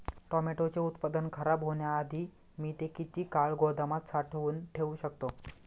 टोमॅटोचे उत्पादन खराब होण्याआधी मी ते किती काळ गोदामात साठवून ठेऊ शकतो?